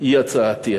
היא הצעתי.